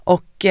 Och